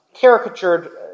caricatured